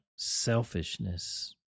selfishness